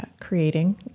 creating